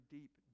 deep